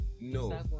no